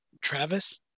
Travis